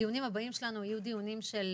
הדיונים הבאים שלנו יהיו דיונים של